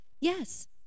yes